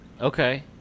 Okay